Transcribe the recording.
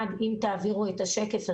אחד אם תעבירו את השקף,